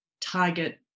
target